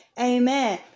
Amen